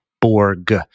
borg